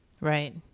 Right